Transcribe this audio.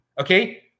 Okay